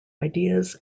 ideas